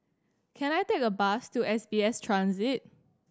can I take a bus to S B S Transit